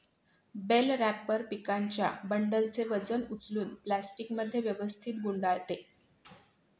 bell wrapper पिकांच्या बंडलचे वजन उचलून प्लास्टिकमध्ये व्यवस्थित गुंडाळते